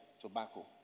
tobacco